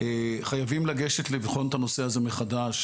אנחנו חייבים לגשת ולבחון את הנושא הזה מחדש,